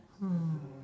uh